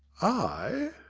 i?